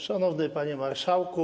Szanowny Panie Marszałku!